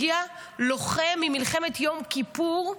הגיע לוחם ממלחמת יום כיפור,